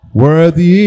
worthy